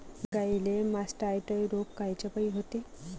गाईले मासटायटय रोग कायच्यापाई होते?